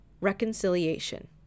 Reconciliation